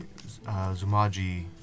Zumaji